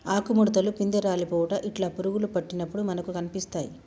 ఆకు ముడుతలు, పిందె రాలిపోవుట ఇట్లా పురుగులు పట్టినప్పుడు మనకు కనిపిస్తాయ్